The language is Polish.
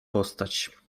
postać